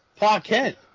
Parkhead